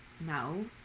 No